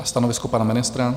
Stanovisko pana ministra?